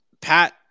Pat